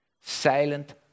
Silent